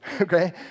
okay